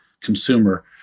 consumer